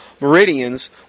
meridians